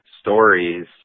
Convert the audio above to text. stories